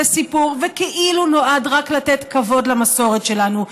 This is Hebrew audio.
סיפור וכאילו נועד רק לתת כבוד למסורת שלנו.